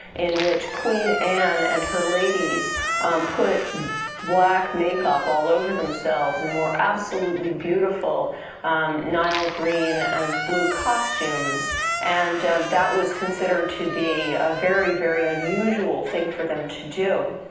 in which queen anne and her ladies put black makeup all over themselves and wore absolutely beautiful nile green and blue costumes and that was considered to be a very very unusual thing for them to do.